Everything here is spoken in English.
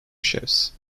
chefs